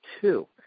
two